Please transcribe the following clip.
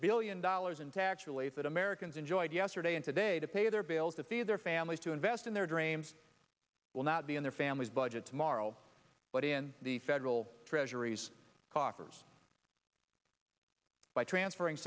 billion dollars in tax relief that americans enjoyed yesterday and today to pay their bills to feed their families to invest in their dreams will not be in their family's budget tomorrow but in the federal treasury coffers by transferring